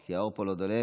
כי האור פה לא דולק.